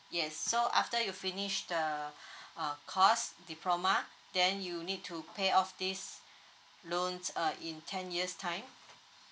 yes so after you finish the uh course diploma then you'll need to pay off this loan uh in ten years time